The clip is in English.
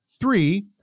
Three